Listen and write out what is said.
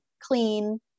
clean